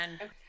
Okay